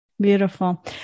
Beautiful